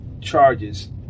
charges